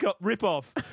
rip-off